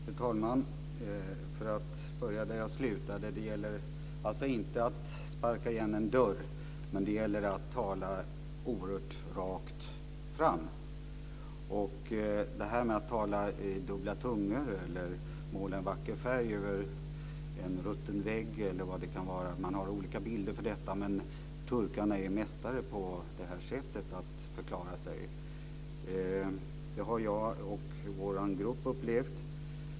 Fru talman! Jag ska börja där jag slutade. Det gäller alltså inte att sparka igen en dörr, men det gäller att tala oerhört rakt. Att tala med dubbla tungor eller att måla en vacker färg över en rutten vägg, osv. - man har olika bilder för detta - är något som turkarna är mästare på för att förklara sig. Det har jag och vår grupp upplevt.